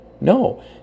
No